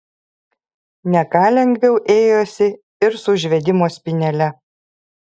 ne ką lengviau ėjosi ir su užvedimo spynele